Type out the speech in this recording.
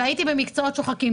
והייתי במקצועות שוחקים.